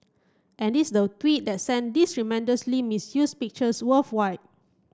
and this the tweet that sent these tremendously misused pictures worldwide